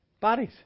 bodies